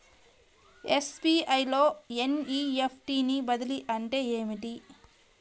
SBI లో NEFT బదిలీ అంటే ఏమిటి?